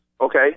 Okay